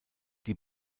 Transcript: die